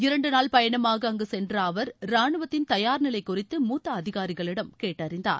இரண்டு நாள் பயணமாக அங்கு சென்ற அவர் ரானுவத்தின் தயார் நிலை குறித்து மூத்த அதிகாரிகளிடம் கேட்டறிந்தார்